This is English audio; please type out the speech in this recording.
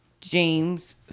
James